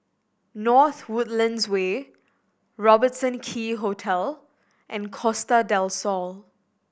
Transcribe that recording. North Woodlands Way Robertson Quay Hotel and Costa Del Sol